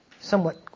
somewhat